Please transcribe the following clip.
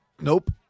Nope